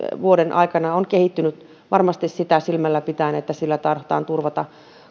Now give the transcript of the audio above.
vuoden aikana on kehittynyt varmasti sitä silmällä pitäen että sillä tahdotaan turvata